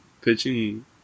pitching –